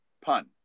Pun